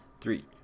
Three